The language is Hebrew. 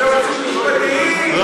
על יועצים משפטיים, על בתי משפט, על הכול.